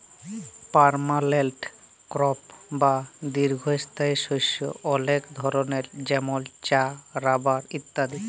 permanent crop বা দীঘ্ঘস্থায়ী শস্য অলেক ধরলের যেমল চাঁ, রাবার ইত্যাদি